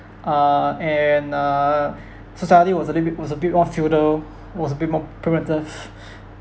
uh and uh society was a little bit was a bit more feudal was a bit more primitive